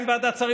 אין ועדת שרים